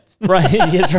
Right